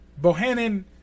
Bohannon